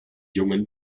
jungen